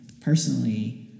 personally